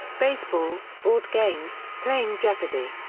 baseball, board games, playing jeopardy,